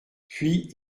puis